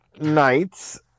knights